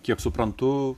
kiek suprantu